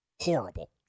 horrible